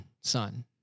son